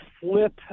flip